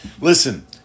Listen